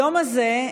היום הזה,